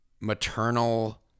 maternal